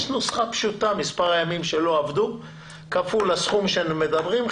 יש נוסחה פשוטה: מספר הימים שלא עבדו כפול הסכום שהם מדברים,